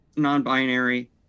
non-binary